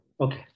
Okay